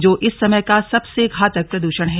जो इस समय का सबसे घातक प्रद्षण है